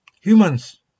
Humans